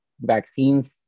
vaccines